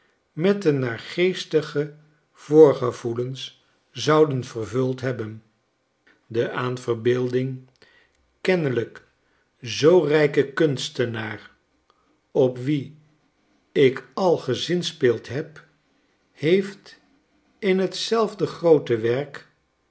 met de naargeestige voorgevoelens zou vervuld hebben de aan verbeelding kennelijk zoo rijke kunstenaar op wien ik al gezinspeeld heb heeft in t zelfde groote werk